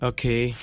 Okay